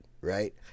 right